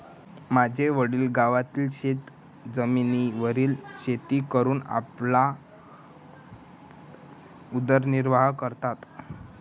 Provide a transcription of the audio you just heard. माझे वडील गावातील शेतजमिनीवर शेती करून आपला उदरनिर्वाह करतात